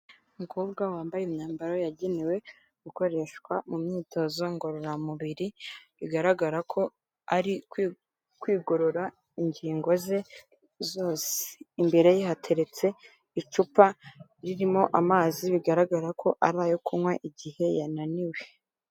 Umukobwa wambaye imyambaro yagenewe gukoreshwa mu myitozo ngororamubiri, bigaragara ko ari kwigorora ingingo ze zose. Imbere ye hateretse icupa ririmo amazi, bigaragara ko ari ayo kunywa igihe yananiwe.